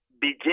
begin